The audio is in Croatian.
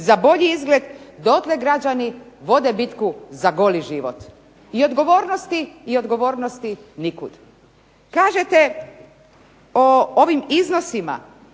za bolji izgled dotle građani vode bitku za bolji život i odgovornosti nikud. Kažete o ovim iznosima